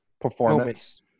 performance